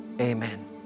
Amen